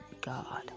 God